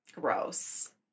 Gross